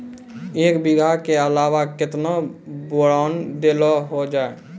एक बीघा के अलावा केतना बोरान देलो हो जाए?